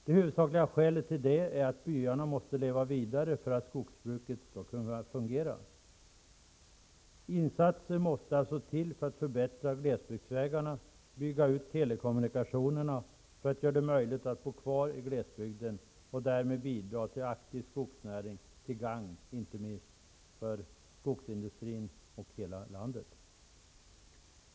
Det huvudsakliga skälet är att byarna måste leva vidare för att skogsbruket skall kunna fungera. Insatser måste alltså till för att förbättra glesbygdsvägarna och bygga ut telekommunikationerna för att göra det möjligt för människor att bo kvar i glesbygden och därmed bidra till aktiv skogsnäring till gagn inte minst för skogsindustrin och för hela landet.